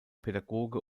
pädagoge